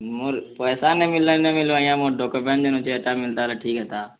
ମୋର୍ ପଏସା ନାଇଁ ମିଲ୍ଲେ ନାଇଁ ମିଲୁ ଆଜ୍ଞା ମୋ' ଡକ୍ୟୁମେଣ୍ଟ୍ ମିଲୁଛେ ହେଟା ମିଲ୍ତା ବୋଇଲେ ଠିକ୍ ହେତା